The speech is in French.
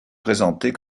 présentés